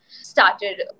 started